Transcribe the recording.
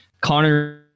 Connor